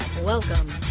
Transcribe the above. Welcome